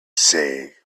say